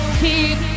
keep